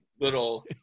little